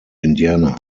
indiana